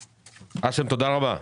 האשם, תודה רבה.